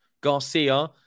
Garcia